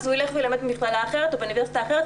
הוא ילך וילמד במכללה אחרת או באוניברסיטה אחרת,